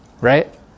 Right